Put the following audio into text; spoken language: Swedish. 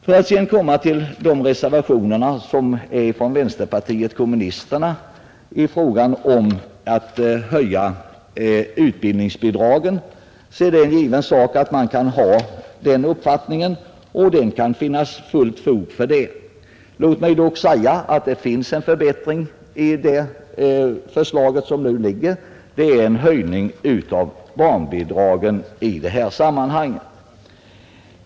Vad sedan gäller de reservationer som avgivits av vänsterpartiet kommunisterna i fråga om höjning av utbildningsbidraget så kan det givetvis finnas fullt fog för den uppfattningen. Låt mig dock säga att det förslag som nu föreligger innebär en förbättring i och med höjningen av barntillägget i detta sammanhang.